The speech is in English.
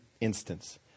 instance